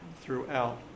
throughout